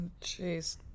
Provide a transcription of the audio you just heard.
Jeez